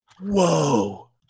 Whoa